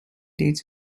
dates